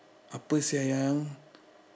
apa sia sayang